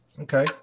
Okay